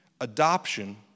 Adoption